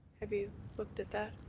have you looked at that?